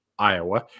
Iowa